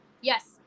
Yes